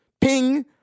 ping